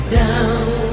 down